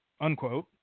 unquote